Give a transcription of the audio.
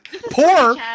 Poor